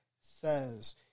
says